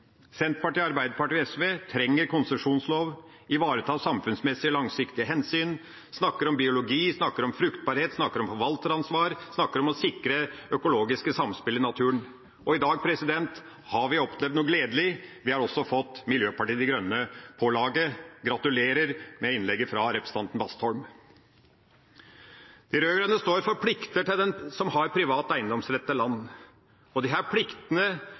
Senterpartiet, Arbeiderpartiet og SV: Vi trenger en konsesjonslov for å ivareta samfunnsmessige, langsiktige hensyn. Disse partiene snakker om biologi, snakker om fruktbarhet, snakker om forvalteransvar, snakker om å sikre det økologiske samspillet i naturen. I dag har vi opplevd noe gledelig. Vi har også fått Miljøpartiet De Grønne med på laget. Gratulerer med innlegget fra representanten Bastholm! De rød-grønne står for plikter til den som har privat eiendomsrett til land.